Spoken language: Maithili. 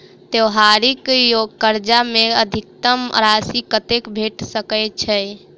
त्योहारी कर्जा मे अधिकतम राशि कत्ते भेट सकय छई?